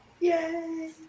Yay